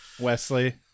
Wesley